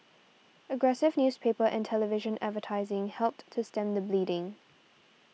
aggressive newspaper and television advertising helped to stem the bleeding